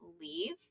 leave